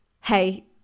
hey